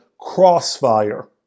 crossfire